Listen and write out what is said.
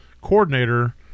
coordinator